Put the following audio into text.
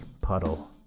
puddle